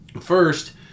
First